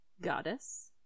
goddess